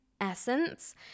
essence